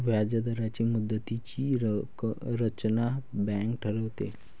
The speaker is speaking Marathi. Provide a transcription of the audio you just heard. व्याजदरांची मुदतीची रचना बँक ठरवते